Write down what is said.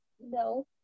No